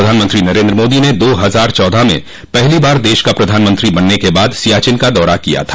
प्रधानमंत्री नरेन्द्र मोदी ने दो हज़ार चौदह में पहली बार देश का प्रधानमंत्री बनने के बाद सियाचिन का दौरा किया था